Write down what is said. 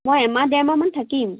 মই এমাহ দেৰমাহমান থাকিম